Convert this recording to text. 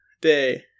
day